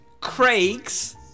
Craig's